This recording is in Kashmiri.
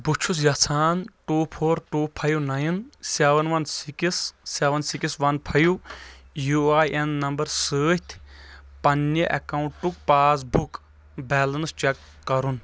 بہٕ چھُس یژھان two four two five nine seven one six seven six one five U I N number سۭتۍ پننہِ اکاؤنٹُک پاس بُک بیلنس چیک کرُن